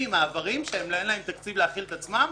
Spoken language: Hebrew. מי, "מעברים", שאין להם תקציב להכיר את עצמם?